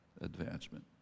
advancement